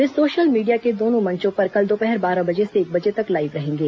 वे social media के दोनों मंचों पर कल दोपहर बारह बजे से एक बजे तक लाइव रहेंगे